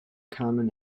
common